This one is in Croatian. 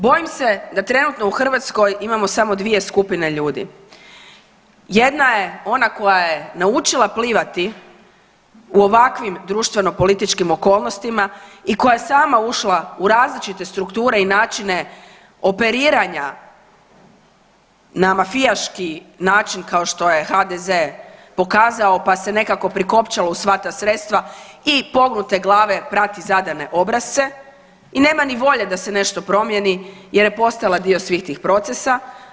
Bojim se da trenutno u Hrvatskoj imamo samo dvije skupine ljudi, jedna je ona koja je naučila plivati u ovakvim društvenopolitičkim okolnostima i koja je sama ušla u različite strukture i načine operiranja na mafijaški način kao što je HDZ pokazao pa se nekako prikopčalo u sva ta sredstva i pognute glave prati zadane obrasce i nema ni volje da se nešto promijeni jer je postala dio svih tih procesa.